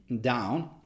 down